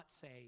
say